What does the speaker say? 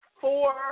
four